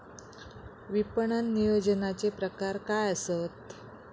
विपणन नियोजनाचे प्रकार काय आसत?